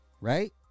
right